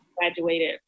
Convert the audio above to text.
graduated